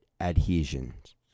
adhesions